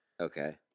Okay